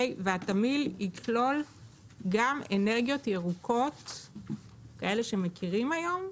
התמהיל יכלול גם אנרגיות ירוקות שאנחנו מכירים היום,